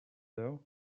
though